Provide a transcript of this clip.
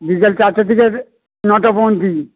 বিকাল চারটে থেকে আছে নটা পর্যন্ত